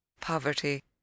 poverty